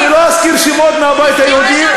אני לא אזכיר שמות מהבית היהודי,